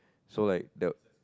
so like there